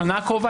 לשנה הקרובה,